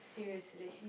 serious relation